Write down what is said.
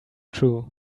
true